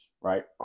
right